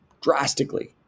drastically